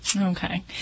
Okay